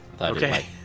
Okay